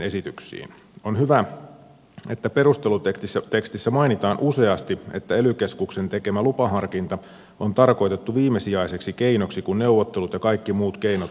on hyvä että perustelutekstissä mainitaan useasti että ely keskuksen tekemä lupaharkinta on tarkoitettu viimesijaiseksi keinoksi kun neuvottelut ja kaikki muut keinot on käytetty